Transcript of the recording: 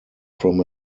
from